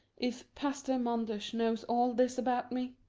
if pastor manders knows all this about me?